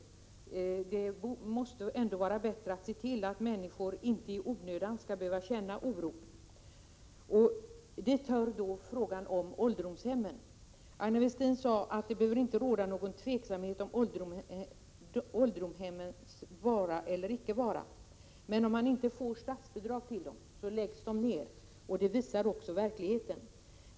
Men det måste vara bättre att se till att människor inte i onödan behöver känna oro. Hit hör frågan om ålderdomshemmen. Aina Westin sade att det inte behöver råda någon tveksamhet om ålderdomshemmens vara eller icke vara. Men om man inte får statsbidrag till dem, då läggs de ner. Det visar också verkligheten.